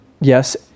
Yes